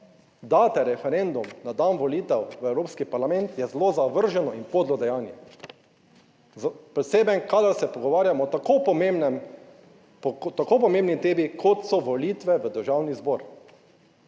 daste referendum na dan volitev v Evropski parlament je zelo zavrženo in podlo dejanje, posebej kadar se pogovarjamo o tako pomembnem, tako pomembni temi kot so volitve v Državni zbor,